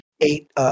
eight